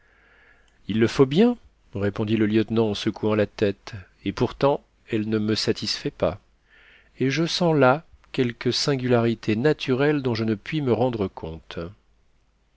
il le faut bien répondit le lieutenant en secouant la tête et pourtant elle ne me satisfait pas et je sens là quelque singularité naturelle dont je ne puis me rendre compte